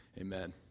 Amen